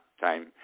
time